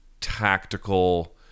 tactical